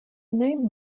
name